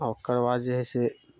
आओर ओकर बाद जे हि से